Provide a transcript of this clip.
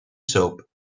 soap